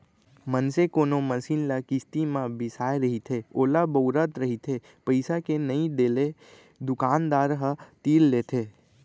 मनसे कोनो मसीन ल किस्ती म बिसाय रहिथे ओला बउरत रहिथे पइसा के नइ देले दुकानदार ह तीर लेथे